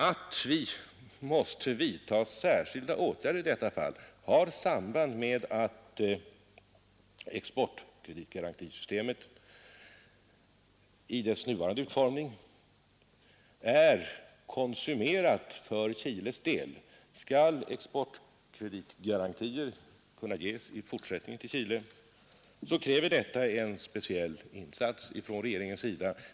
Att vi måste vidta särskilda åtgärder i detta fall har samband med att exportkreditgarantierna i deras nuvarande utformning är konsumerade för Chiles del. Skall exportkreditgarantier kunna ges i fortsättningen till Chile krävs det en speciell insats från regeringens sida.